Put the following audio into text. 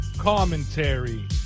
commentary